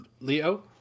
Leo